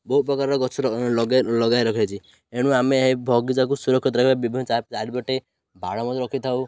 ବହୁ ପ୍ରକାର ଗଛ ଲଗ ଲଗାଇ ରଖା ହେଇଛି ଏଣୁ ଆମେ ଏହି ବଗିଚାକୁ ସୁରକ୍ଷିତ ରଖିବା ବିଭିନ୍ନ ଚାରିପଟେ ବାଡ଼ ମଧ୍ୟ ରଖିଥାଉ